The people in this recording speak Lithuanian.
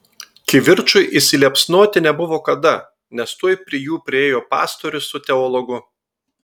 kivirčui įsiliepsnoti nebuvo kada nes tuoj prie jų priėjo pastorius su teologu